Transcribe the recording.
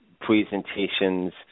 presentations